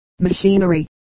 machinery